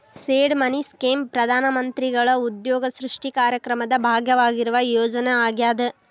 seed money scheme ಪ್ರಧಾನ ಮಂತ್ರಿಗಳ ಉದ್ಯೋಗ ಸೃಷ್ಟಿ ಕಾರ್ಯಕ್ರಮದ ಭಾಗವಾಗಿರುವ ಯೋಜನೆ ಆಗ್ಯಾದ